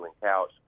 Couch